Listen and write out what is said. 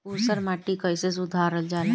ऊसर माटी कईसे सुधार जाला?